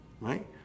right